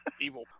evil